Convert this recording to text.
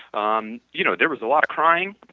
um you know there was a lot of crying.